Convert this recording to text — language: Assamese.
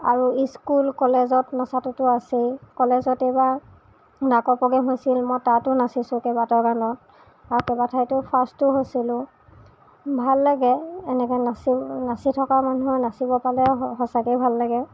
আৰু স্কুল কলেজত নচাতোটো আছেই কলেজত এইবাৰ নাকৰ প্ৰগেম হৈছিল মই তাতো নাচিছোঁ কেইবাটাও গানত আৰু কেইবা ঠাইতো ফাৰ্ষ্টো হৈছিলোঁ ভাল লাগে এনেকৈ নাচি নাচি থকা মানুহৰ নাচিবলৈ পালে সচাঁকৈয়ে ভাল লাগে